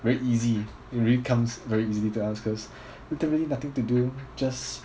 very easy it really comes very easily to us cause literally nothing to do just